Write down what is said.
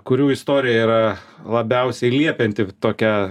kurių istorija yra labiausiai liepianti tokia